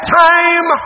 time